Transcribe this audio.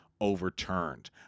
overturned